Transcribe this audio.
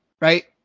right